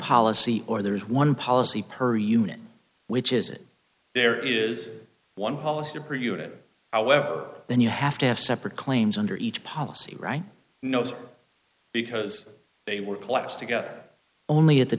policy or there is one policy per unit which is it there is one policy per unit however then you have to have separate claims under each policy right knows because they were close together only at the